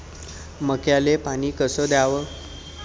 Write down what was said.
मक्याले पानी कस द्याव?